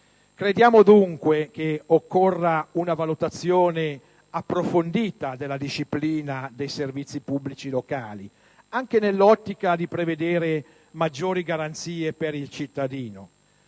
Crediamo, dunque, che occorra una valutazione approfondita della disciplina dei servizi pubblici locali, anche nell'ottica di prevedere maggiori garanzie per il cittadino.